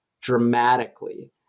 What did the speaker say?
dramatically